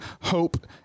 hope